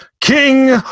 King